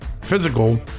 physical